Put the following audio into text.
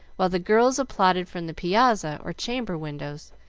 while the girls applauded from the piazza or chamber-windows,